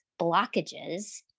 blockages